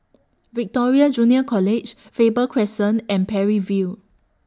Victoria Junior College Faber Crescent and Parry View